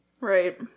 Right